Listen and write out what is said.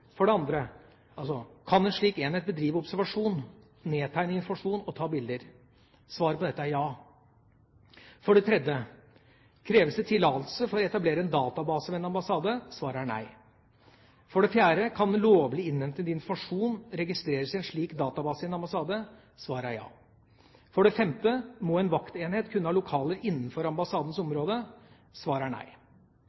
For det andre: Kan en slik enhet bedrive observasjon, nedtegne informasjon og ta bilder? Svaret på dette er ja. For det tredje: Kreves det tillatelse for å etablere en database ved en ambassade? Svaret er nei. For det fjerde: Kan lovlig innhentet informasjon registreres i en slik database i en ambassade? Svaret er ja. For det femte: Må en vaktenhet kun ha lokaler innenfor ambassadens